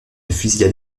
fusillade